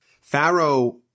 Pharaoh